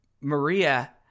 Maria